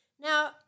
Now